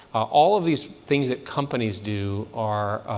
all of these things that companies do are